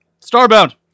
Starbound